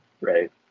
right